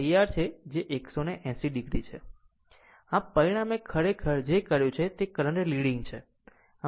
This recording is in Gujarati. આમ પરિણામે ખરેખર જે કર્યું તે કરંટ લીડીગ છે